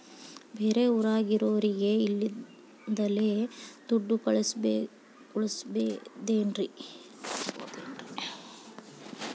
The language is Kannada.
ಬೇರೆ ಊರಾಗಿರೋರಿಗೆ ಇಲ್ಲಿಂದಲೇ ದುಡ್ಡು ಕಳಿಸ್ಬೋದೇನ್ರಿ?